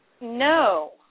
No